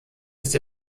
ist